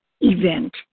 event